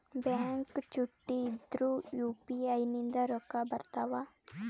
Bank ಚುಟ್ಟಿ ಇದ್ರೂ UPI ನಿಂದ ರೊಕ್ಕ ಬರ್ತಾವಾ?